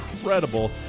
incredible